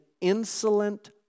insolent